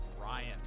Ryan